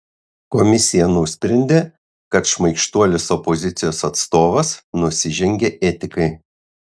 komisija nusprendė kad šmaikštuolis opozicijos atstovas nusižengė etikai